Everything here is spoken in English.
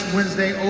Wednesday